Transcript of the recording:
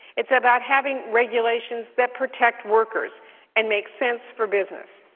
it's about having regulations that protect workers and makes sense for business.